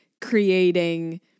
creating